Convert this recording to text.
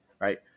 Right